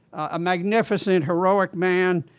a magnificent, heroic man,